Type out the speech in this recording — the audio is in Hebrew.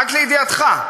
רק לידיעתך,